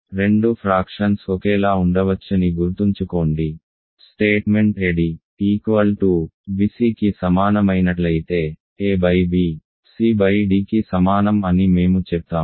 రెండు ఫ్రాక్షన్స్ ఒకేలా ఉండవచ్చని గుర్తుంచుకోండి స్టేట్మెంట్ ad bcకి సమానమైనట్లయితే ab cd కి సమానం అని మేము చెప్తాము